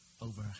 over